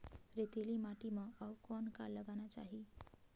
रेतीली माटी म अउ कौन का लगाना चाही?